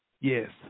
Yes